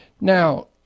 Now